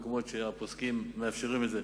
במקומות שהפוסקים מאפשרים את זה,